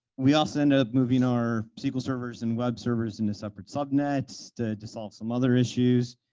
we also end up moving our sql servers and web servers into separate subnets to to solve some other issues.